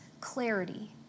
clarity